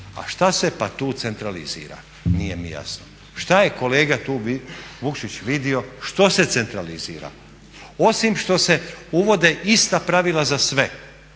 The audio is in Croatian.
a šta se pa tu centralizira nije mi jasno, šta je kolega Vukšić tu vidio što se centralizira? Osim što se uvode ista pravila za sve,